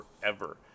forever